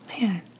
man